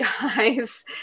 guys